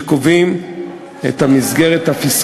בהזדמנות זאת,